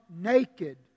naked